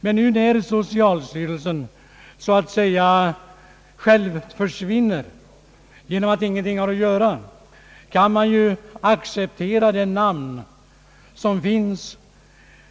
Men när socialstyrelsen nu så att säga själv försvinner därför att den ingenting har att göra, kan man ju acceptera det namn som finns.